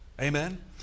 Amen